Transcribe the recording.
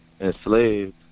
enslaved